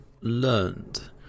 learned